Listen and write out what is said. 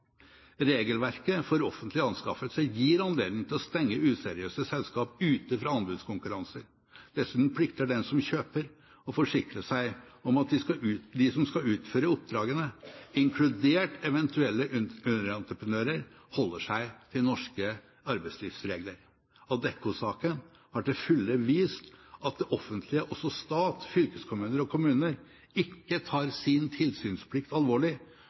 Regelverket for offentlige anskaffelser gir anledning til å stenge useriøse selskap ute fra anbudskonkurranser. Dessuten plikter den som kjøper, å forsikre seg om at de som skal utføre oppdragene, inkludert eventuelle underentreprenører, holder seg til norske arbeidslivsregler. Adecco-saken har til fulle vist at det offentlige – også stat, fylkeskommuner og kommuner – ikke tar sin tilsynsplikt alvorlig.